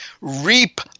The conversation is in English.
reap